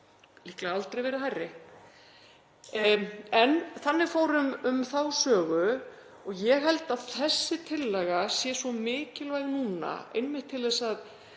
líklega aldrei verið hærri. En þannig fór um þá sögu. Ég held að þessi tillaga sé svo mikilvæg núna einmitt til að